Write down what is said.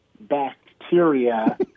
bacteria